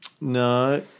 no